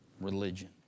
religion